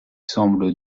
semble